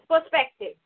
perspective